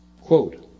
Quote